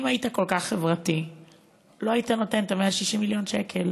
אם היית כל כך חברתי לא היית נותן 160 מיליון שקל